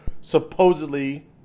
supposedly